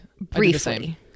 Briefly